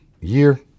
year